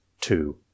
Two